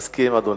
מסכים, אדוני.